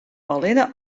allinne